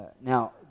now